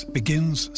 begins